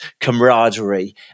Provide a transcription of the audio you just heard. camaraderie